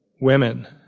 women